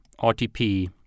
RTP